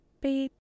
Beep